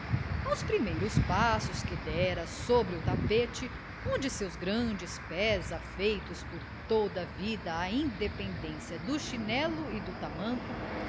aos primeiros passos que dera sobre o tapete onde seus grandes pés afeitos por toda vida à independência do chinelo e do tamanco